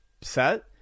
set